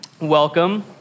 Welcome